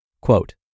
Quote